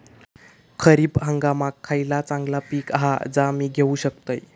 खरीप हंगामाक खयला चांगला पीक हा जा मी घेऊ शकतय?